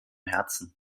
herzen